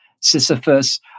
sisyphus